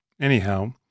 Anyhow